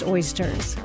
Oysters